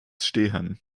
stehen